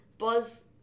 Buzz